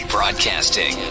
Broadcasting